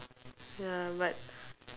ya but